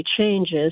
changes